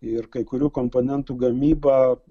ir kai kurių komponentų gamyba